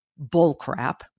bullcrap